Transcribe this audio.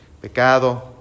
pecado